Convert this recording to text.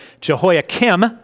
Jehoiakim